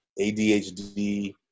ADHD